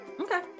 Okay